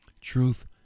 Truth